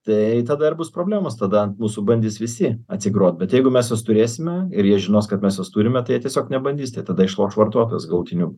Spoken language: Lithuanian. tai tada ir bus problemos tada ant mūsų bandys visi atsigrot bet jeigu mes juos turėsime ir jie žinos kad mes juos turime tai jie tiesiog nebandys tai tada išloš vartotojas galutiniu